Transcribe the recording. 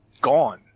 gone